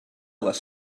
les